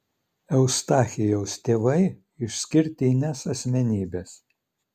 eustachijaus tėvai išskirtinės asmenybės